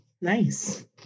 Nice